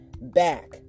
back